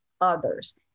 others